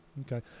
Okay